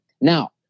Now